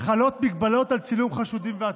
חלות הגבלות על צילום חשודים ועצורים.